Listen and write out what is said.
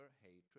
hatred